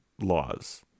laws